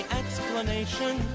explanation